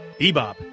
Bebop